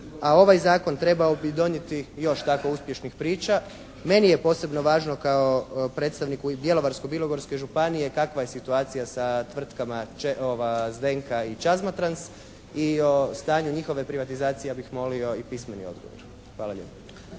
A ovaj zakon trebao bi donijeti još tako uspješnih priča. Meni je posebno važno kao predstavniku i Bjelovarsko-bilogorske županije kakva je situacija sa tvrtka "ZDENKA" i "ČAZMATRANS". I o stanju njihove privatizacije ja bih molio i pismeni odgovor. Hvala lijepo.